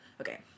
okay